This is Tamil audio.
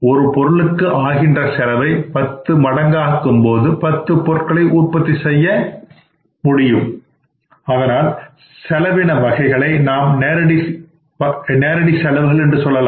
ஒரு பொருளுக்கு ஆகின்ற செலவை பத்து மடங்காக ஆகும்போது 10 பொருட்களுக்காக உற்பத்தி செலவு ஆகும் ஆனால் அந்த செலவின வகைகளை நாம் நேரடி செலவுகள் என்று சொல்லலாம்